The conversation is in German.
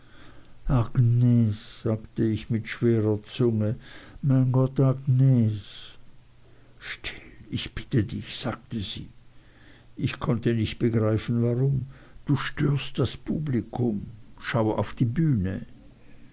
sagte ich mit schwerer zunge mein gott agnes still ich bitte dich sagte sie ich konnte nicht begreifen warum du störst das publikum schau auf die bühne